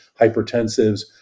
hypertensives